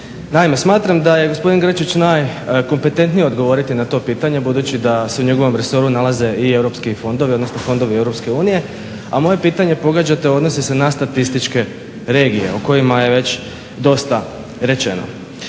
Naime, smatram da je gospodin Grčić najkompetentnije odgovoriti na to pitanje budući da se u njegovom resoru nalaze i Europski fondovi, odnosno fondovi Europske unije. A moje pitanje, pogađate, odnosi se na statističke regije o kojima je već dosta rečeno.